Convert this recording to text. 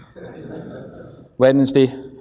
Wednesday